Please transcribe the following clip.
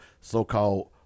so-called